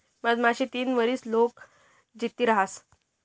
मधमाशी तीन वरीस लोग जित्ती रहास